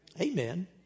Amen